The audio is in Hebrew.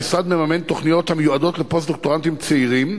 המשרד מממן תוכניות המיועדות לפוסט-דוקטורנטים צעירים.